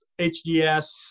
hds